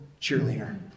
cheerleader